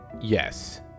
Yes